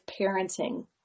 parenting